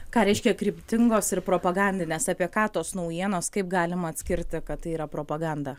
ką reiškia kryptingos ir propagandinės apie ką tos naujienos kaip galima atskirti kad tai yra propaganda